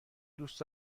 دوست